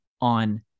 on